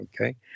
Okay